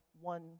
one